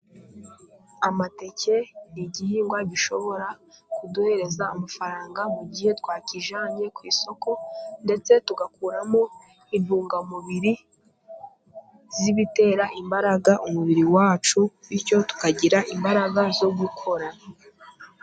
Amateke ni igihingwa gishobora kuduhereza amafaranga mu gihe twakijyanye ku isoko, ndetse tugakuramo intungamubiri z'ibitera imbaraga umubiri wacu, bityo tukagira imbaraga zo gukora.